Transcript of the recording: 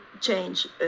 change